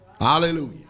Hallelujah